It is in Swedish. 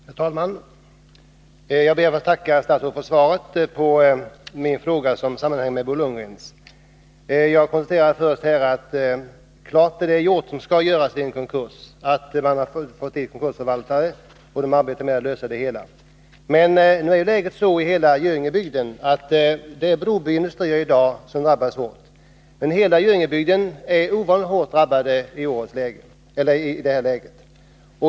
Herr talman! Jag ber att få tacka statsrådet för svaret på min fråga, som sammanhänger med Bo Lundgrens. Jag konstaterar först att det som skall göras vid en konkurs är gjort. Man har tillsatt konkursförvaltare, och man arbetar med att lösa den här frågan. Det läge som nu råder för Broby Industrier drabbar emellertid hela Göingebygden oerhört hårt.